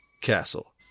Castle